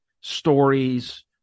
stories